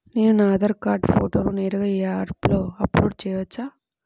నేను నా ఆధార్ కార్డ్ ఫోటోను నేరుగా యాప్లో అప్లోడ్ చేయవచ్చా?